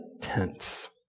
tense